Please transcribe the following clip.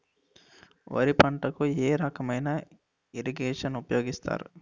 వరి పంటకు ఏ రకమైన ఇరగేషన్ ఉపయోగిస్తారు?